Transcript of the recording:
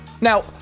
now